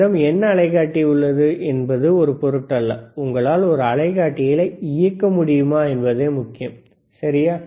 உங்களிடம் என்ன அலைக்காட்டி உள்ளது என்பது ஒரு பொருட்டல்ல உங்களால் ஒரு அலைகாட்டியை இயக்க முடியுமா என்பதே முக்கியம் சரி